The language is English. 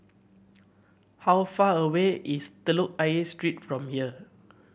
how far away is Telok Ayer Street from here